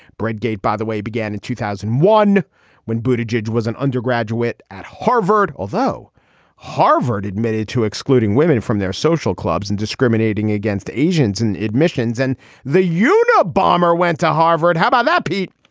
bread gate, by the way, began in two thousand and one when bhuta jej was an undergraduate at harvard. although harvard admitted to excluding women from their social clubs and discriminating against asians in admissions and the unabomber went to harvard. how about that, pete?